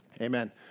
Amen